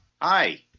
hi